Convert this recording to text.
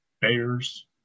Bears